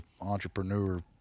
entrepreneur